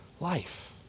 life